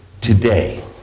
today